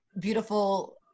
beautiful